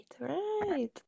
right